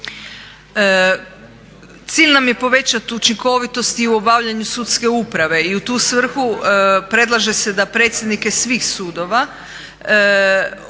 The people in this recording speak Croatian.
Cilj nam je povećati učinkovitost i u obavljanju sudske uprave i u tu svrhu predlaže se da predsjednike svih sudova